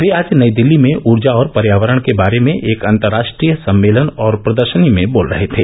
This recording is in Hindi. वे आज नई दिल्ली में ऊर्जा और पर्यावरण के बारे में एक अंतर्राष्ट्रीय सम्मेलन और प्रदर्शनी में बोल रहे थे